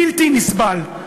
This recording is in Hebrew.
בלתי נסבל.